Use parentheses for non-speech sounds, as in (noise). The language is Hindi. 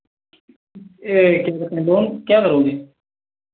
एक (unintelligible) क्या करोगे